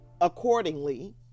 accordingly